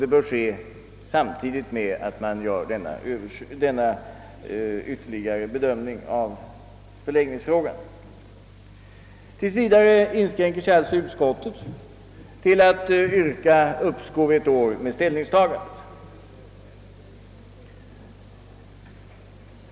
Den bör ske samtidigt med att man gör denna ytterligare bedömning av förläggningsfrågan. Tills vidare inskränker sig alltså utskottet till att yrka uppskov ett år med ställningstagandet.